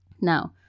now